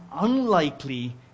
unlikely